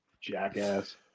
jackass